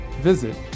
visit